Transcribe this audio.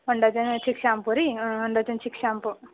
one dozen Chik shampoo ರೀ one dozen Chik shampoo